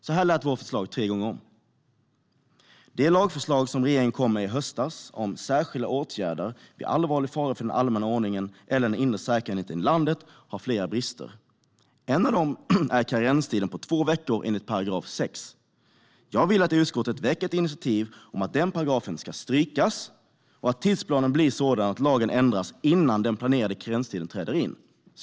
Så här lät vårt förslag tre gånger om: "Det lagförslag som Regeringen kom med i höstas om 'Särskilda åtgärder vid allvarlig fara för den allmänna ordningen eller den inre säkerheten i landet' har flera brister. En av dem är karenstiden på två veckor enligt paragraf 6. Jag vill att utskottet väcker ett initiativ om att den paragrafen ska strykas och att tidsplanen blir sådan att lagen ändras innan den planerade karenstiden träder in."